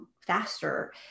faster